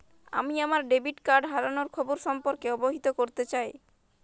আমি আমার debit card হারানোর খবর সম্পর্কে অবহিত করতে চাই